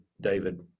David